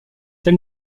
tel